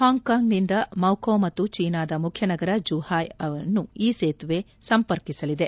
ಹಾಂಗ್ Kong ನಿಂದ Macau ಮತ್ತು ಚೀನಾದ ಮುಖ್ಯ ನಗರ ಜೂಹಾಯ್ಸೆ ಯನ್ನು ಈ ಸೇತುವೆ ಸಂಪರ್ಕಿಸಲಿದೆ